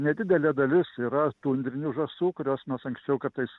nedidelė dalis yra tundrinių žąsų kurios nors anksčiau kartais